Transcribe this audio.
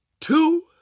two